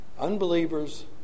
unbelievers